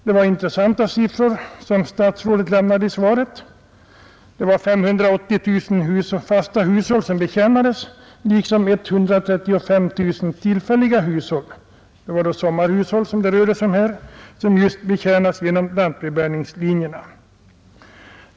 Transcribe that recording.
Det var intressanta siffror som statsrådet redovisade i svaret: 580 000 fasta hushåll betjänades genom lantbrevbäringslinjerna liksom 135 000 tillfälliga hushåll — det rörde sig om sommarhushåll.